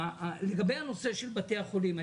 לגבי הנושא של בתי החולים.